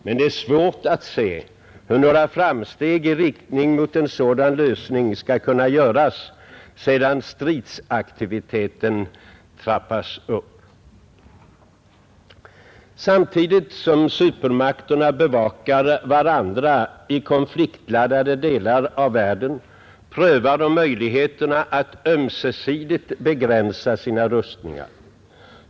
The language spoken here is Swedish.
Men det är svårt att se, hur några framsteg i riktning mot en sådan lösning skall kunna göras, medan stridsaktiviteten trappas upp. Samtidigt som supermakterna bevakar varandra i konfliktladdade delar av världen pröver de möjligheterna att ömsesidigt begränsa sina rustningar.